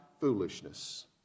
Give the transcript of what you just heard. foolishness